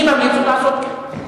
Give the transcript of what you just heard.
אני ממליץ לעשות כן.